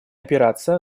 опираться